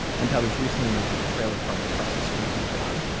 and tyler's recently moved to the trailer park across the street from john,